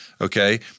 Okay